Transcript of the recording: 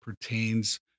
pertains